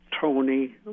Tony